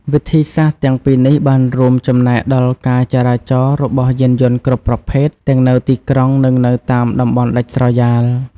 វិធីសាស្រ្តទាំងពីរនេះបានរួមចំណែកដល់ការចរាចរណ៍របស់យានយន្តគ្រប់ប្រភេទទាំងនៅទីក្រុងនិងនៅតាមតំបន់ដាច់ស្រយាល។